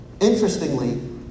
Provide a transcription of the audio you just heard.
Interestingly